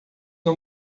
não